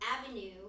avenue